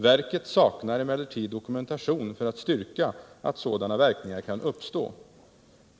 Verket saknar emellertid dokumentation för att styrka att sådana verkningar kan uppstå.